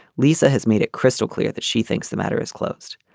lisa has made it crystal clear that she thinks the matter is closed.